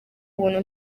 ubuntu